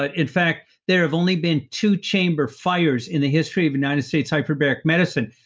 ah in fact, there have only been two chamber fires in the history of united states hyperbaric medicine.